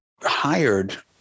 hired